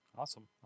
Awesome